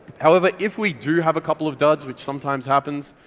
however, if we do have a couple of duds which sometimes happens,